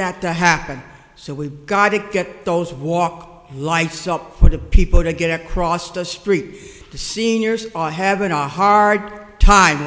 that to happen so we've got to get those walk lights up for the people to get across the street the seniors are having a hard time